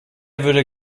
würde